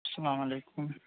اسلام علیکم